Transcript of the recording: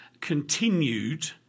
continued